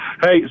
Hey